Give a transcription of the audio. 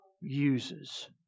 uses